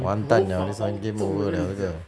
完蛋 liao this [one] game over liao 这个